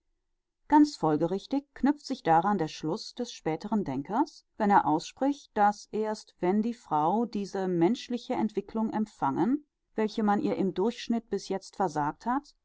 ganz folgerichtig knüpft sich daran der schluß des späteren denkers wenn er ausspricht daß erst wenn die frau diese menschliche entwicklung empfangen welche man ihr im durchschnitt bis jetzt versagt hat